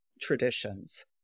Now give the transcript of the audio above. traditions